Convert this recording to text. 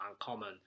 uncommon